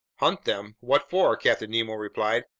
hunt them? what for? captain nemo replied.